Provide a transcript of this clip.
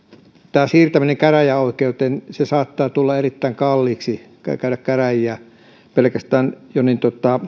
tämä siirtäminen käräjäoikeuteen saattaa tulla erittäin kalliiksi käydä käräjiä